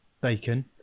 bacon